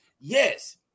yes